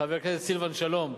חבר הכנסת סילבן שלום,